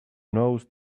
knows